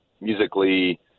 musically